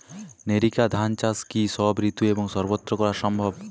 NERICA ধান চাষ কি সব ঋতু এবং সবত্র করা সম্ভব?